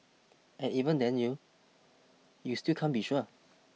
and even then you you still can't be sure